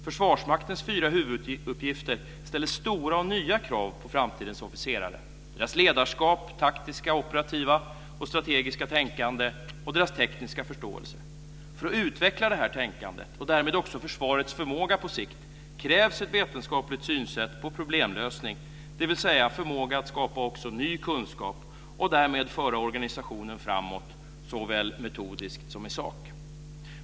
Försvarsmaktens fyra huvuduppgifter ställer stora och nya krav på framtidens officerare - deras ledarskap, taktiska, operativa och strategiska tänkande och deras tekniska förståelse. För att utveckla detta tänkande, och därmed också försvarets förmåga på sikt, krävs ett vetenskapligt synsätt på problemlösning, dvs. förmåga att skapa också ny kunskap och därmed föra organisationen framåt såväl metodiskt som i sak.